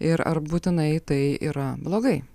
ir ar būtinai tai yra blogai